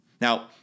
Now